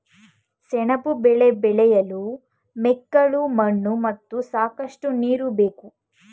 ಸೆಣಬು ಬೆಳೆ ಬೆಳೆಯಲು ಮೆಕ್ಕಲು ಮಣ್ಣು ಮತ್ತು ಸಾಕಷ್ಟು ನೀರು ಬೇಕು